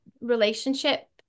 relationship